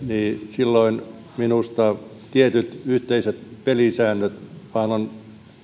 silloin minusta tietyt yhteiset pelisäännöt on